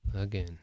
again